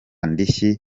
ndishyi